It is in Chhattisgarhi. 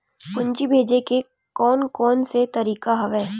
पूंजी भेजे के कोन कोन से तरीका हवय?